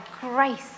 grace